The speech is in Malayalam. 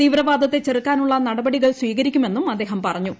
തീവ്രവാദത്തെ ചെറുക്കാനുള്ള നടപടികൾ സ്വീകരിക്കുമെന്നും അദ്ദേഹം പറഞ്ഞു